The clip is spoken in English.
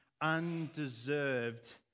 undeserved